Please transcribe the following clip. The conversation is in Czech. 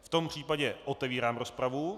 V tom případě otevírám rozpravu.